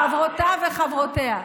חבריו וחברותיו.